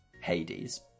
Hades